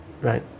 right